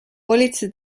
politsei